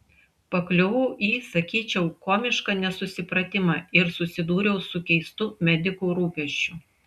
pakliuvau į sakyčiau komišką nesusipratimą ir susidūriau su keistu medikų rūpesčiu